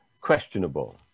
questionable